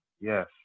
Yes